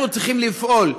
אנחנו צריכים לפעול.